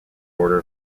order